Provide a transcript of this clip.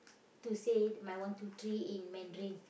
to say my one two three in Mandarin